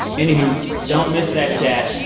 anywho, don't miss that chat.